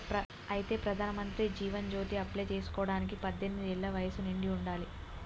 అయితే ప్రధానమంత్రి జీవన్ జ్యోతి అప్లై చేసుకోవడానికి పద్దెనిమిది ఏళ్ల వయసు నిండి ఉండాలి